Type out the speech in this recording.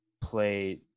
play